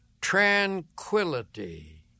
tranquility